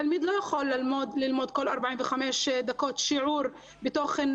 תלמיד לא יכול ללמוד כל 45 דקות שיעור עם תוכן